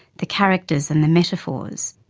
the characters and the metaphors.